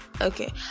okay